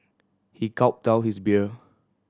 he gulped down his beer